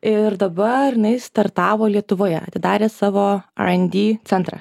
ir dabar jinai startavo lietuvoje atidarė savo rnd centrą